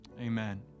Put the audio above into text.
Amen